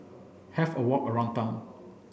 have a walk around town